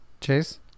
chase